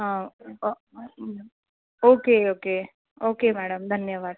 हा okay okay okay madam धन्यवाद